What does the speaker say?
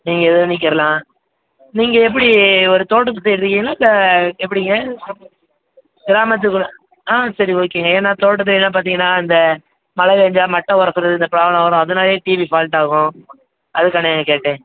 நீங்கள் இது பண்ணிக்கிடலாம் நீங்கள் எப்படி ஒரு தோட்டத்துக்கு தேடுறீங்களா இல்லை எப்படிங்க கிராமத்துக்குள்ளே ஆ சரி ஓகேங்க ஏன்னால் தோட்டத்துக்கெலாம் பார்த்தீங்கன்னா அந்த மழை பேஞ்சால் மட்டை உரசுறது இந்த ப்ராப்ளம் வரும் அதனாலேயே டிவி ஃபால்ட் ஆகும் அதுக்காண்டி தாங்க கேட்டேன்